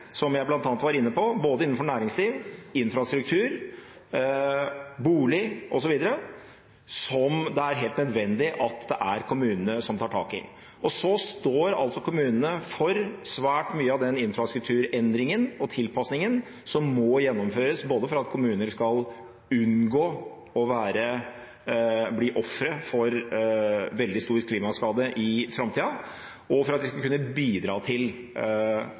som jeg bl.a. var inne på, både innenfor næringsliv, infrastruktur, bolig osv. som det er helt nødvendig at det er kommunene som tar tak i. Kommunene står for svært mye av den infrastrukturendringen og den tilpasningen som må gjennomføres både for at kommuner skal unngå å bli ofre for veldig stor klimaskade i framtida, og for at de skal kunne bidra til